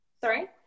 Sorry